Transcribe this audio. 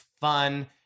fun